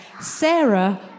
Sarah